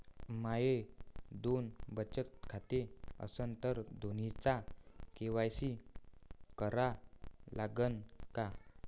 माये दोन बचत खाते असन तर दोन्हीचा के.वाय.सी करा लागन का?